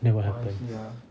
then what happens